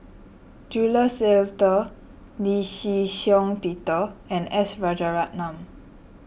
Jules Itier Lee Shih Shiong Peter and S Rajaratnam